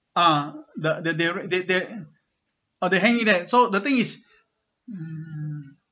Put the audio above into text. ah the they they they they ah they hanging it there so the thing is